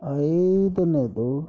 ಐದನೇದು